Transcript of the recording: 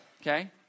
okay